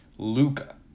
Luca